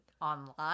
online